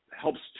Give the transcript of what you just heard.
helps